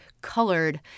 colored